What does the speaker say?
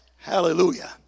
Hallelujah